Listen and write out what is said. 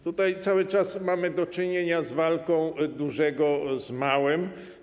Tutaj cały czas mamy do czynienia z walką dużego z małym.